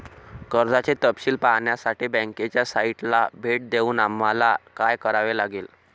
कर्जाचे तपशील पाहण्यासाठी बँकेच्या साइटला भेट देऊन आम्हाला काय करावे लागेल?